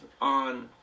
on